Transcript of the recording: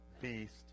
beast